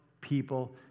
people